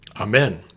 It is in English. Amen